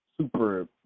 Super